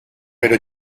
pero